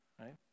right